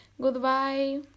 Goodbye